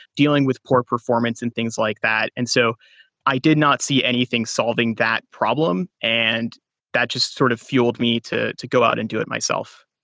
dealing with poor performance and things like that. and so i did not see anything solving that problem and that just sort of fueled me to to go out and do it myself.